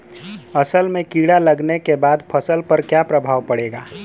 असल में कीड़ा लगने के बाद फसल पर क्या प्रभाव पड़ेगा?